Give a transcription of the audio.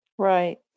Right